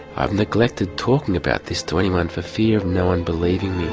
i've neglected talking about this to anyone for fear of no one believing